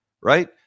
right